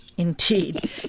Indeed